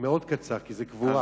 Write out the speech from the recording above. מאוד קצר, כי זה קבורה.